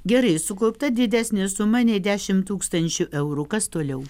gerai sukaupta didesnė suma nei dešimt tūkstančių eurų kas toliau